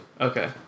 Okay